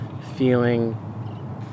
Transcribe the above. feeling